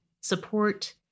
support